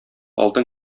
алтын